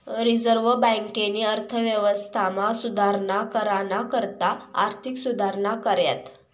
reserve बँकेनी अर्थव्यवस्थामा सुधारणा कराना करता आर्थिक सुधारणा कऱ्यात